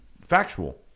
factual